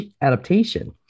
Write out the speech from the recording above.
adaptation